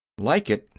like it!